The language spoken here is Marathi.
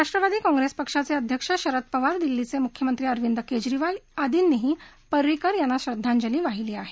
राष्ट्रवादी काँग्रस्तीपक्षाचे अध्यक्ष शरद पवार दिल्लीचे मुख्यमंत्री अरविंद केजरीवाल इत्यादींनीही परिंकर यांना श्रद्वांजली वाहीली आहे